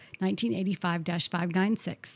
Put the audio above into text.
1985-596